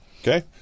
Okay